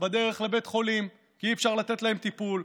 בדרך לבית חולים כי אי-אפשר לתת להם טיפול,